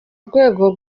rwego